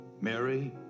Mary